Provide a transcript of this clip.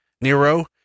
Nero